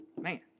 Man